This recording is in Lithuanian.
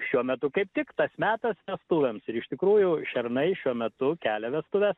šiuo metu kaip tik tas metas vestuvėms ir iš tikrųjų šernai šiuo metu kelia vestuves